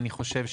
אני חושב,